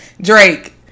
Drake